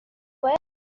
باید